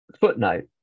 footnote